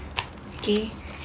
okay